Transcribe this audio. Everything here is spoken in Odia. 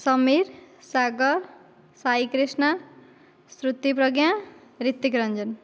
ସମୀର ସାଗର ସାଇକ୍ରିଷ୍ଣା ଶ୍ରୁତିପ୍ରଜ୍ଞା ଋତିକ୍ରଞ୍ଜନ